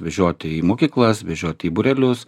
vežioti į mokyklas vežioti į būrelius